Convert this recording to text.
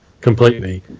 completely